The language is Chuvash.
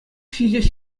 ҫитес